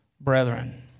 brethren